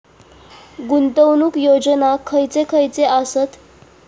गुंतवणूक योजना खयचे खयचे आसत?